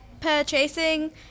purchasing